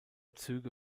züge